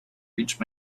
reached